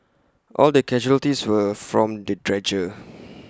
all the casualties were from the dredger